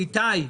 איתי,